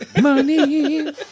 money